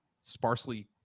sparsely